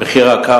רק מחיר הקרקע.